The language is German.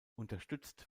unterstützt